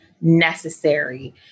necessary